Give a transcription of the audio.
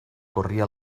corria